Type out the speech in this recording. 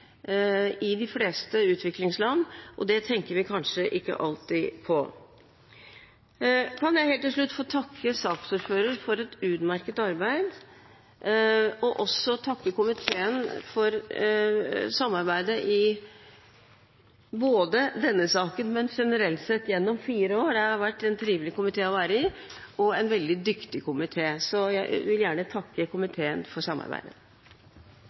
i de fleste utviklingsland – det tenker vi kanskje ikke alltid på. Helt til slutt vil jeg få takke saksordføreren for et utmerket arbeid og komiteen for samarbeidet både i denne saken og generelt gjennom fire år. Det har vært en trivelig komité å være i, og en veldig dyktig komité. Jeg vil gjerne takke komiteen for samarbeidet.